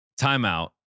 timeout